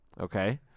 Okay